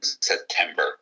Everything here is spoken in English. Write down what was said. September